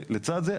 ולצד זה,